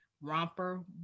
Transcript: Romper